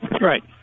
Right